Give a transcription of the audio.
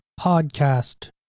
podcast